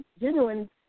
genuine